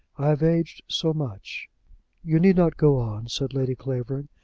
i have aged so much you need not go on, said lady clavering.